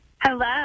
Hello